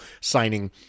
signing